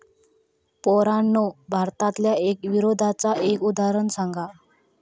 पोरांनो भारतातल्या कर विरोधाचा एक उदाहरण सांगा